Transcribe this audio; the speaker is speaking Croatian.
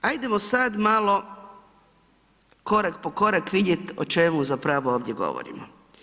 Ajdemo sada malo korak po korak vidjet o čemu zapravo ovdje govorimo.